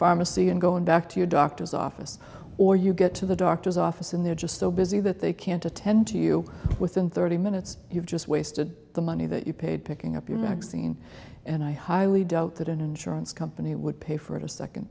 pharmacy and going back to your doctor's office or you get to the doctor's office and they're just so busy that they can't attend to you within thirty minutes you've just wasted the money that you paid picking up your magazine and i highly doubt that an insurance company would pay for it a second